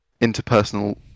interpersonal